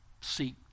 seek